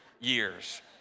years